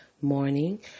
morning